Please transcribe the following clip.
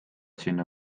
sinna